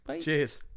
Cheers